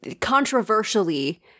controversially